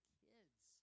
kids